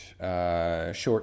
short